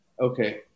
Okay